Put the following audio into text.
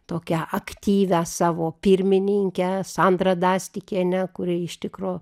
tokią aktyvią savo pirmininkę sandrą dastikienę kuri iš tikro